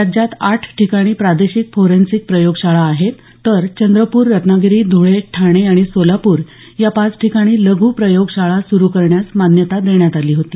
राज्यात आठ ठिकाणी प्रादेशिक फोरेन्सिक प्रयोगशाळा आहेत तर चंद्रपूर रत्नागिरी धुळे ठाणे आणि सोलापूर या पाच ठिकाणी लघू प्रयोगशाळा सुरु करण्यास मान्यता देण्यात आली होती